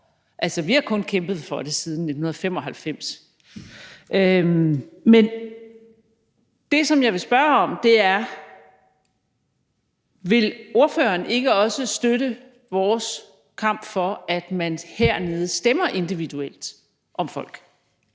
Altså, vi har kun kæmpet for det siden 1995. Men det, som jeg vil spørge om, er: Vil ordføreren ikke også støtte vores kamp for, at man hernede stemmer individuelt om folk?